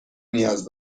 نیاز